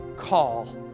call